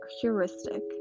heuristic